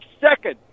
second